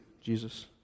Jesus